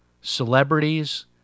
celebrities